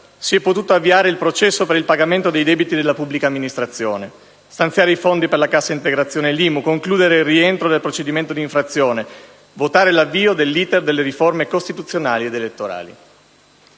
si è potuto avviare il processo per il pagamento dei debiti della pubblica amministrazione, stanziare i fondi per la cassa integrazione e l'IMU, concludere il rientro dal procedimento di infrazione, votare l'avvio dell'*iter* delle riforme costituzionali ed elettorali.